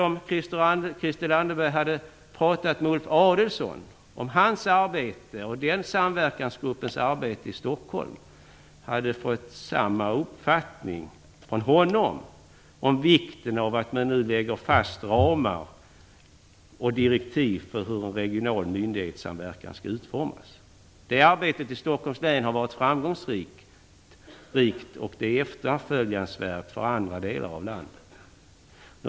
Om Christel Anderberg hade talat med Ulf Adelsohn om det arbete som han och samverkansgruppen i Stockholm har bedrivit, kunde hon ha fått en annan uppfattning om vikten av att man nu lägger fast ramar och direktiv för hur en regional myndighetssamverkan skall utformas. Detta arbete i Stockholms län har varit framgångsrikt, och det är efterföljansvärt för andra delar av landet.